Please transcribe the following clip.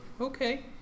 Okay